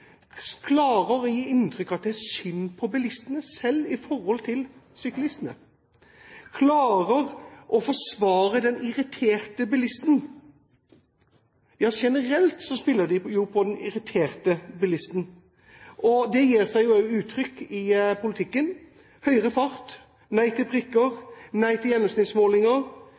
klarer å skape et inntrykk av at det er synd på bilistene, selv i forhold til syklistene. De klarer å forsvare den irriterte bilisten. Ja, generelt spiller de på den irriterte bilisten. Det gir seg også uttrykk i politikken: høyere fart, nei til prikker, nei til gjennomsnittsmålinger.